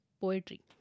poetry